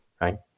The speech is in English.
right